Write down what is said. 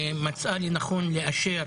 מצאה לנכון לאשר